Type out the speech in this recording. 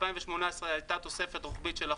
ב-2018 היתה תוספת רוחבית של 1%,